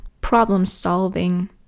problem-solving